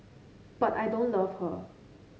but I don't love her